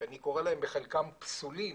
לעשות דברים, שבחלקם הם פסולים.